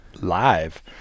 Live